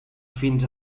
fins